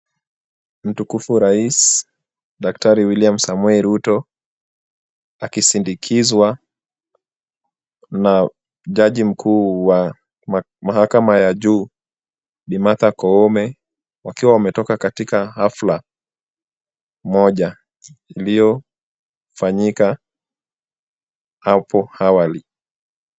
Mtukufu rais Daktari William Samoei Ruto, akisindikizwa na jaji mkuu wa mahakama ya juu, Bi. Martha Koome, wakiwa wametoka hafula moja iliyofanyika hapo awali.